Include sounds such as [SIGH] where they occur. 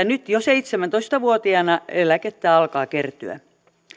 [UNINTELLIGIBLE] nyt jo seitsemäntoista vuotiaana eläkettä alkaa kertyä